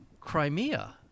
crimea